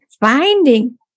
finding